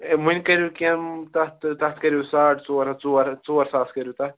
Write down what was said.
ہے وُنۍ کٔرِو کیٚنٛہہ تَتھ تہٕ تَتھ کٔرِو ساڑ ژور ہَتھ ژور ہتھ ژور ساس کٔرِِو تَتھ